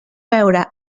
veure